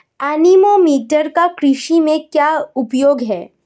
Anemometer का कृषि में क्या उपयोग है?